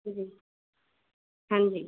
जी हां जी